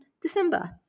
December